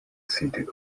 city